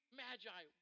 magi